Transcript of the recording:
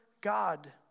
God